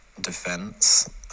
defense